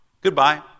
Goodbye